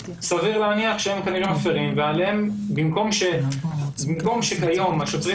סביר להניח שהם כנראה מפרים ובמקום שכיום השוטרים